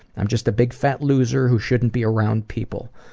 i'm just a big, fat loser who shouldn't be around people.